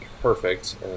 perfect